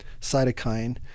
cytokine